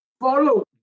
follow